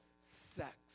sex